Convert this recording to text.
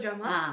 ah